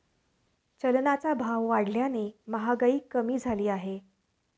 चलनाचा भाव वाढल्याने महागाई कमी झाली आहे